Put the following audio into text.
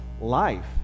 life